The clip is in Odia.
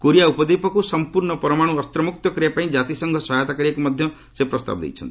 କୋରିଆ ଉପଦ୍ୱିପକୁ ସମ୍ପର୍ଣ୍ଣ ପରମାଣୁ ଅସ୍ତମ୍ବକ୍ତ କରିବା ପାଇଁ ଜାତିସଂଘ ସହାୟତା କରିବାକୁ ମଧ୍ୟ ସେ ପ୍ରସ୍ତାବ ଦେଇଛନ୍ତି